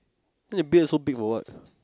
then they build so big for what